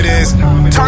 Turn